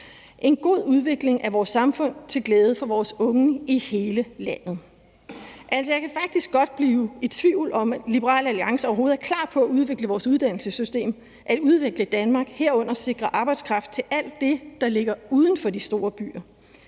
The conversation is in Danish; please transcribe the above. en god udvikling af vores samfund til glæde for vores unge i hele landet. Jeg kan faktisk godt blive i tvivl om, om Liberal Alliance overhovedet er klar på at udvikle vores uddannelsessystem, at udvikle Danmark, herunder at sikre arbejdskraft til alt det, der ligger uden for de store byer.